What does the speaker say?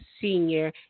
senior